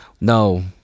No